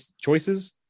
choices